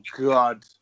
god